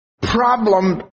problem